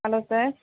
hello sir